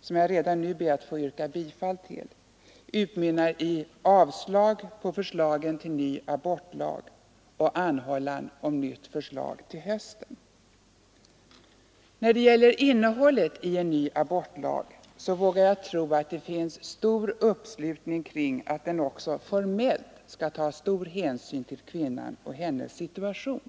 som jag redan nu ber att få yrka bifall till, utmynnar i avslag på förslaget till ny abortlag och anhållan om nytt förslag till hösten. När det gäller innehållet i en ny abortlag vågar jag tro att det finns betydande uppslutning kring uppfattningen att den också formellt skall ta stor hänsyn till kvinnan och hennes situation.